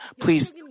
Please